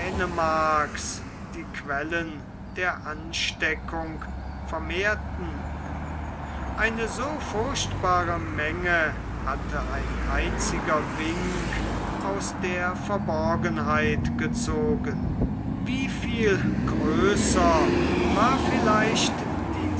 dänemarks die quellen der ansteckung vermehrte eine so furchtbare menge hatte ein einziger wink aus der verborgenheit gezogen wie viel größer war vielleicht die